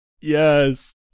Yes